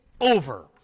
over